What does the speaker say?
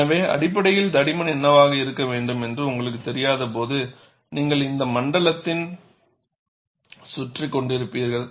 எனவே அடிப்படையில் தடிமன் என்னவாக இருக்க வேண்டும் என்று உங்களுக்குத் தெரியாதபோது நீங்கள் இந்த மண்டலத்தில் சுற்றிக் கொண்டிருப்பீர்கள்